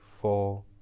four